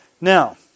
Now